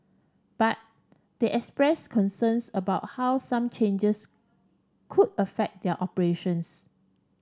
but they expressed concerns about how some changes could affect their operations